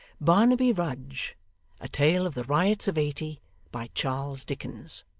barnaby rudge a tale of the riots of eighty by charles dickens